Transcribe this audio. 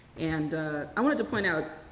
and i wanted to point out,